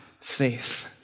faith